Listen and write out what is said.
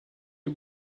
est